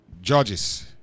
Judges